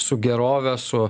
su gerove su